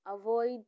Avoid